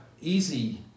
easy